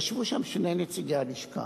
וישבו שם שני נציגי הלשכה.